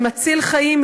שמציל חיים,